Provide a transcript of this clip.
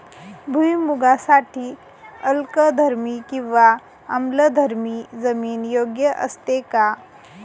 भुईमूगासाठी अल्कधर्मी किंवा आम्लधर्मी जमीन योग्य असते का?